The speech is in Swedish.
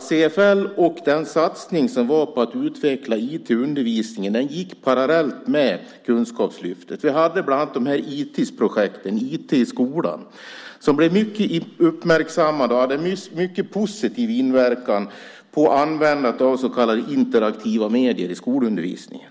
CFL och satsningen på att utveckla IT i undervisningen gick parallellt med Kunskapslyftet. Vi hade bland annat ITIS-projekten - IT i skolan - som blev mycket uppmärksammade och som hade en mycket positiv inverkan på användandet av så kallade interaktiva medier i skolundervisningen.